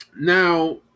Now